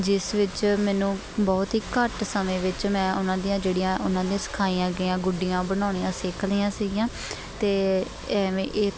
ਜਿਸ ਵਿੱਚ ਮੈਨੂੰ ਬਹੁਤ ਹੀ ਘੱਟ ਸਮੇਂ ਵਿੱਚ ਮੈਂ ਉਹਨਾਂ ਦੀਆਂ ਜਿਹੜੀਆਂ ਉਹਨਾਂ ਦੀਆਂ ਸਿਖਾਈਆਂ ਗਈਆਂ ਗੁੱਡੀਆਂ ਬਣਾਉਣੀਆਂ ਸਿੱਖ ਲਈਆਂ ਸੀਗੀਆਂ ਅਤੇ ਐਂਵੇ ਇ